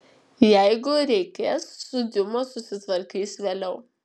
jeigu reikės su diuma susitvarkys vėliau